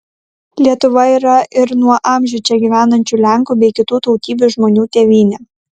lietuva yra ir nuo amžių čia gyvenančių lenkų bei kitų tautybių žmonių tėvynė